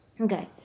Okay